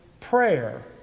prayer